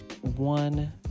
one